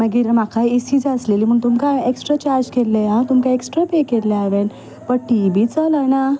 मागीर म्हाका A C जाय आसलेली म्हूण तुमकां हांयें एक्स्ट्रा चार्ज केल्ले हा तुमकां एक्स्ट्रा पे केल्ले हांवें बट ती बी चलना